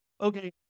Okay